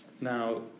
Now